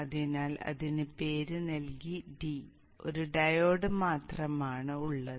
അതിനാൽ അതിന് പേര് നൽകി d ഒരു ഡയോഡ് മാത്രമാണ് ഉള്ളത്